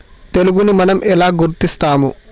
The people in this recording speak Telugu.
తెగులుని మనం ఎలా గుర్తిస్తాము?